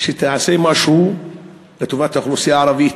בזה שהיא תעשה משהו לטובת האוכלוסייה הערבית.